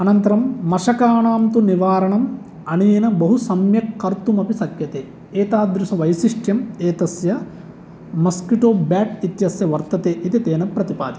अनन्तरं मशकाणां तु निवारणम् अनेन बहुसम्यक् कर्तुम् अपि शक्यते एतादृशवैशिष्ट्यम् एतस्य मस्किटो बेट् इत्यस्य वर्तते इति तेन प्रतिपादितम्